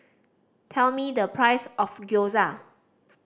tell me the price of Gyoza